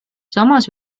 samas